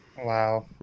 Wow